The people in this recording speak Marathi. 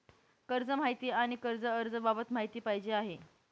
कर्ज माहिती आणि कर्ज अर्ज बाबत माहिती पाहिजे आहे